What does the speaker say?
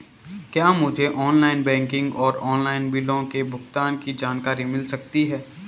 क्या मुझे online banking और ऑनलाइन बिलों के भुगतान की जानकारी मिल सकता है?